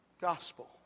gospel